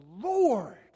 Lord